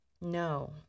No